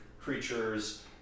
creatures